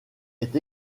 est